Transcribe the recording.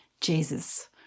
Jesus